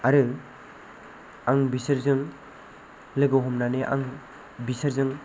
आरो आं बिसोरजों लोगो हमनानै आं बिसोरजों